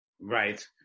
Right